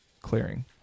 clearing